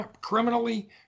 criminally